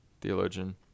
theologian